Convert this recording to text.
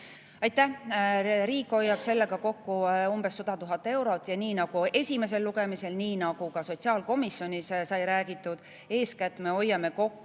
Aitäh! Riik hoiab sellega kokku umbes 100 000 eurot. Nii nagu [eelnõu] esimesel lugemisel ja ka sotsiaalkomisjonis sai räägitud: eeskätt me hoiame kokku